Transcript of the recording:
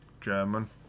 German